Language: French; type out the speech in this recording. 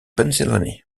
pennsylvanie